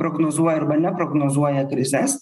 prognozuoja arba neprognozuoja krizes